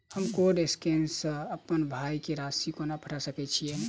हम code scanner सँ अप्पन भाय केँ राशि कोना पठा सकैत छियैन?